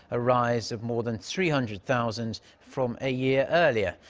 a rise of more than three hundred thousand from a year earlier.